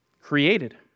Created